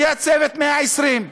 היה צוות 120 הימים.